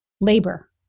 labor